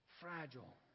fragile